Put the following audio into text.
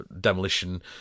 Demolition